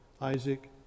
Isaac